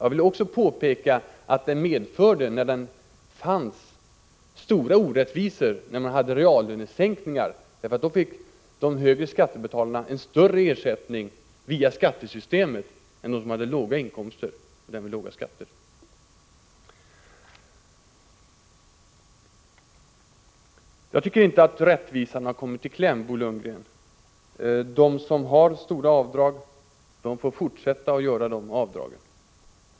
Jag vill också påpeka att denna indexering medförde stora orättvisor på grund av att man då hade reallönesänkningar. De som betalade högre skatter fick nämligen då en större ersättning via skattesystemet än de som hade låga inkomster och därmed låga skatter. Jag tycker inte att rättvisan har kommit i kläm, Bo Lundgren. De som har stora avdrag får fortsätta att göra dessa avdrag.